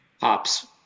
hops